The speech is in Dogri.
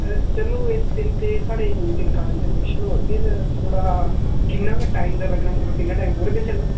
चलो इस दिन ते साढ़े दो तिन कालेज दे फंक्शन होर बी ऐ न थुआढ़ा किन्ना टाइम लग्गना मतलब पूरे दिन चलना